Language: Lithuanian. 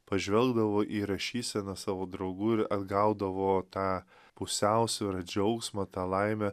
pažvelgdavo į rašyseną savo draugų ir atgaudavo tą pusiausvyrą džiaugsmą tą laimę